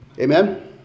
Amen